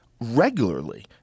regularly